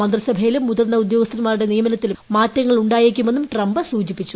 മന്ത്രിസഭയിലും മുതിർന്ന ഉദ്യോഗസ്ഥൻമാരുടെ നിയമനത്തിലും മാറ്റങ്ങൾ ഉണ്ടായേക്കുമെന്നും ട്രംപ് സൂചിപ്പിച്ചു